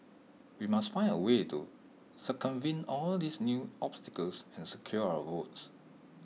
we must find A way to circumvent all these new obstacles and secure our votes